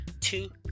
two